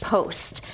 Post